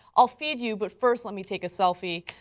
ah feed you, but first let me take a selfie.